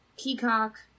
Peacock